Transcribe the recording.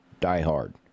diehard